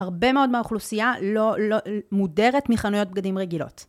הרבה מאוד מהאוכלוסייה מודרת מחנויות בגדים רגילות.